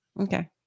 Okay